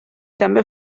també